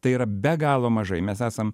tai yra be galo mažai mes esam